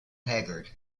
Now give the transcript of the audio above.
haggard